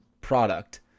product